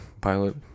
pilot